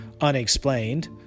unexplained